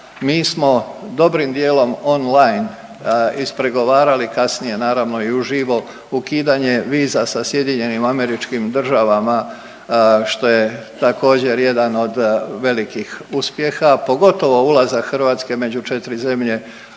mi smo dobrim dijelom on-line ispregovarali, kasnije naravno i uživo ukidanje viza sa SAD-om što je također jedan od velikih uspjeha pogotovo ulazak Hrvatske među 4 zemlje